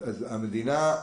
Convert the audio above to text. המדינה,